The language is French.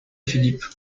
philippe